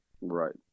Right